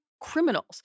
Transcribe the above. criminals